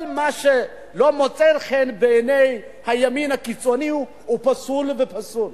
כל מה שלא מוצא חן בעיני הימין הקיצוני הוא פסול ופסול.